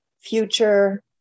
future